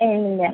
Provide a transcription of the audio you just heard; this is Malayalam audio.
ഇല്ല